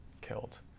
killed